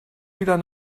wieder